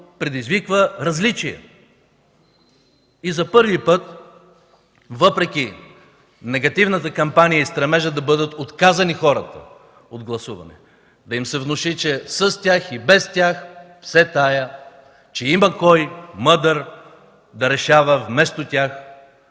предизвиква различия! За първи път, въпреки негативната кампания и стремежа хората да бъдат отказани от гласуване, да им се внуши, че със или без тях – все тая, че има кой мъдро да решава вместо тях.